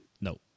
No